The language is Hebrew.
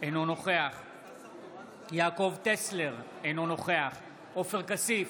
נוכח יעקב טסלר, אינו נוכח עופר כסיף,